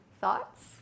Thoughts